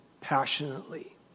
passionately